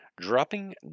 Dropping